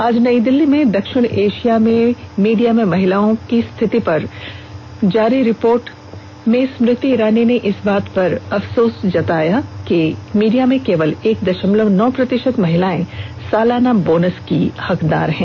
आज नई दिल्ली में दक्षिण एशिया में मीडिया में महिलाओं पर स्थिति रिपोर्ट जारी करते हुए स्मृति ईरानी ने इस बात पर अफसोस बताया कि मीडिया में केवल एक दशमलव नौ प्रतिशत महिलाएं सालाना बोनस की हकदार हैं